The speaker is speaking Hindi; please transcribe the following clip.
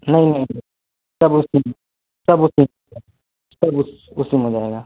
नहीं नहीं नहीं सब उसी में सब उसी में सब उस उसी में हो जाएगा